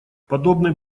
подобный